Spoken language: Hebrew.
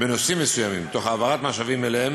בנושאים מסוימים, תוך העברת משאבים אליהם,